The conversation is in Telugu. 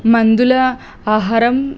మందుల ఆహారం